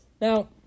Now